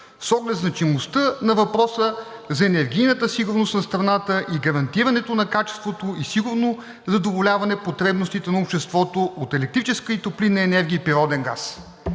с оглед значимостта на въпроса за енергийната сигурност на страната и гарантирането на качеството и сигурно задоволяване потребностите на обществото от електрическа и топлинна енергия и природен газ.“